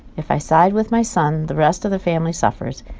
if i side with my son, the rest of the family suffers.